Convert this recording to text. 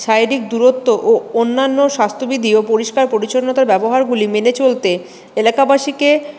শারীরিক দূরত্ব ও অন্যান্য স্বাস্থ্যবিধিও পরিষ্কার পরিচ্ছন্নতা ব্যবহারগুলি মেনে চলতে এলাকাবাসীকে